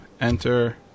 enter